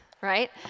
right